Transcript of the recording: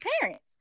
parents